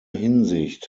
hinsicht